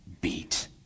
beat